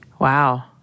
Wow